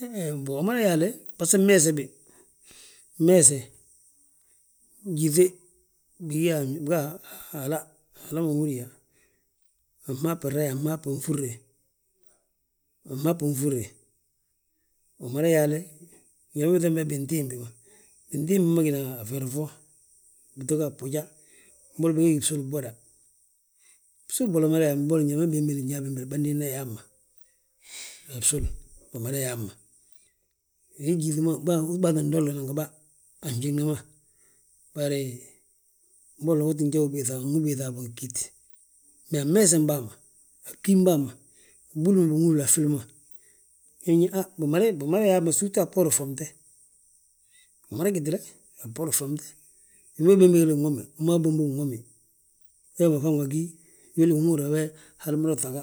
Hee, mbo umada yaale, baso, mmeese bi, mmeese, gyíŧe, biga hala, hala ma húrin yaa, a fma binrayi, a fma binfúrre, a fma binfúrre. Wi mada yaale, njali mo ubiiŧa be bintimbi ma, bintimbi ma gina a feri fo. Bito ga fboja, mbolo bitoo ga a bsulu bwoda, bsolu bola mada yaa njali ma bembele nyaa bembele bândina yaa hamma, han bsuli bamada yaa hamma. Wi gyíŧi ma, bâa ttin dooŋlina ngi bàa, a fnjiŋni ma, bari mbolo uu ttin jewi biiŧa, uwi biiŧa waabo ngi ggít. Ma a bmeesem bàa ma, a bgím bâa ma, blúfli binhúfli a ffil ma, ñe he bimada yaa sirtu a bboorin ffomte. Wi mada gitile a bboorin ffomte, wi ma bembegele womi wi maa wi bombogi nwomi, wee ma faŋ ma gí, wili wi ma húri yaa hal mada wi ŧaga.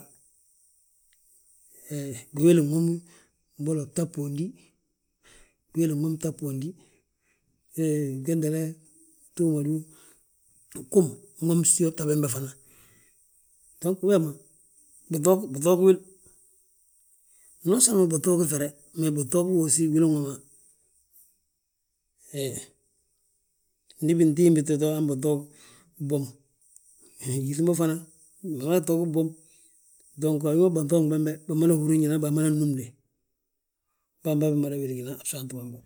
Hee, giwéli nwom mbolo bta bhondi, hee gwentele ftuug ma d? duggu nwomi siwa bta bembe fana. Dong wee ma, biŧoog, biŧoogi wil, nonsoloman biŧoog fere, mee biŧoogi hosi gwilin woma he. Ndi bintimbi to ta han biŧoog, bwom mee gyíŧi ma fana, bimada ŧoogi bwom. Dong a wi ma bâŧoogim bembe. Bamada húri njali ma bamadan númnde, baamba mmada weligina a bsaanti bamba.